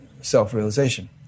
self-realization